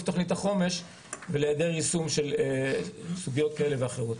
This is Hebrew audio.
תוכנית החומש עם היעדר יישום של סוגיות כאלה ואחרות.